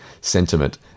sentiment